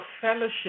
fellowship